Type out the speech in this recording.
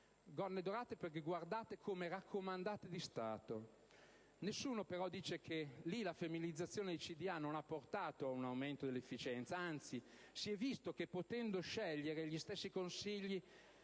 «gonne dorate» perché guardate come raccomandate di Stato. Nessuno dice però che lì la femminilizzazione dei CDA non ha determinato un aumento dell'efficienza e che, anzi, si è visto che, potendo scegliere, gli stessi consigli